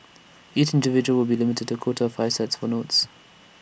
each individual will be limited to quota five sets for notes